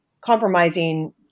compromising